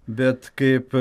bet kaip